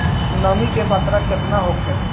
नमी के मात्रा केतना होखे?